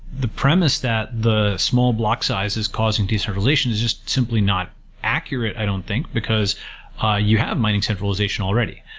the premise that the small block size is causing decentralization is just simply not accurate, i don't think, because ah you have mining centralization already.